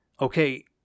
okay